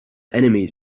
enemies